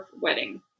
wedding